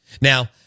Now